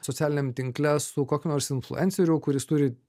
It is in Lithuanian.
socialiniam tinkle su kokiu nors influenceriu kuris turi